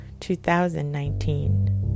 2019